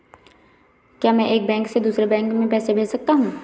क्या मैं एक बैंक से दूसरे बैंक में पैसे भेज सकता हूँ?